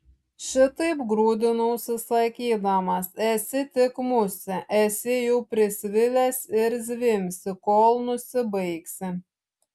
šitaip grūdinausi sakydamas esi tik musė esi jau prisvilęs ir zvimbsi kol nusibaigsi